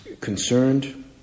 concerned